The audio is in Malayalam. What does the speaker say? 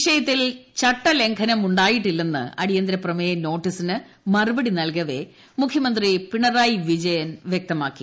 വിഷയത്തിൽ ചട്ടലംഘനം ഉണ്ടായിട്ടില്ലെന്ന് അടിയന്തര പ്രമേയ നോട്ടിസിന് മറുപടി നൽകവെ മുഖ്യമന്ത്രി പിണറായി വിജയൻ വ്യക്തമാക്കി